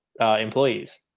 employees